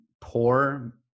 poor